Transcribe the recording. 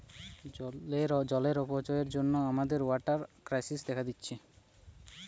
জলের অপচয়ের জন্যে আমাদের ওয়াটার ক্রাইসিস দেখা দিচ্ছে